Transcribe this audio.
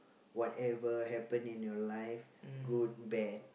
whatever happen in your life good bad